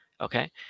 okay